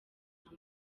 amb